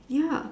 ya